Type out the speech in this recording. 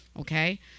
Okay